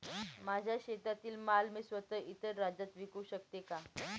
माझ्या शेतातील माल मी स्वत: इतर राज्यात विकू शकते का?